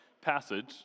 passage